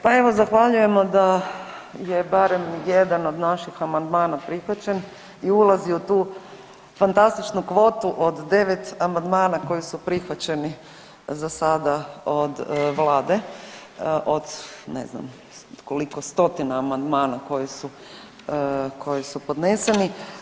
Pa evo, zahvaljujemo da je barem jedan od naših amandmana prihvaćen i ulazi u tu fantastičnu kvotu od 9 amandmana koji su prihvaćeni za sada od Vlade, od ne znam koliko stotina amandmana koji su podneseni.